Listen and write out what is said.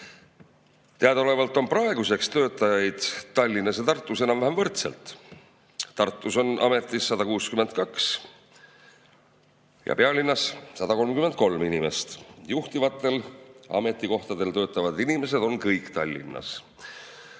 Teadaolevalt on praeguseks töötajaid Tallinnas ja Tartus enam-vähem võrdselt. Tartus on ametis 162 ja pealinnas 133 inimest. Juhtivatel ametikohtadel töötavad inimesed on kõik Tallinnas.